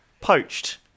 poached